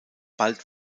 bald